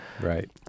Right